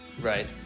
Right